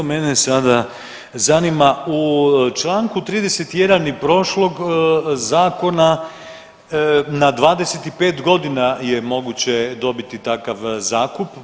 Mene sada zanima u članku 31. i prošlog zakona na 25 godina je moguće dobiti takav zakup.